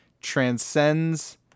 transcends